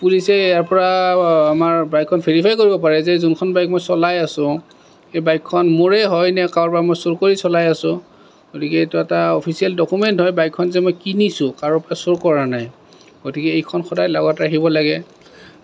পুলিচে ইয়াৰপৰা আমাৰ বাইকখন ভেৰিফাই কৰিব পাৰে যে যোনখন বাইক মই চলাই আছোঁ সেই বাইকখন মোৰেই হয় নে কাৰোবাৰ মই চুৰ কৰি চলাই আছোঁ গতিকে এইটো এটা অফিচিয়েল ডকুমেণ্ট হয় বাইকখন যে মই কিনিছোঁ কাৰোৰ পৰা চুৰ কৰা নাই গতিকে এইখন সদায় লগত ৰাখিব লাগে